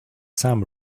some